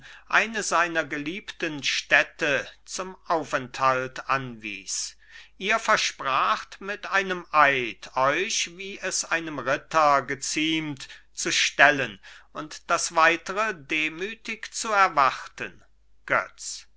eine seiner geliebten städte zum aufenthalt anwies ihr verspracht mit einem eid euch wie es einem ritter geziemt zu stellen und das weitere demütig zu erwarten götz